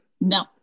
No